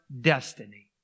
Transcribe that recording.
destiny